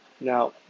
Now